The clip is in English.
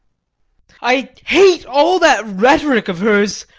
i hate all that rhetoric of hers,